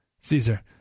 Caesar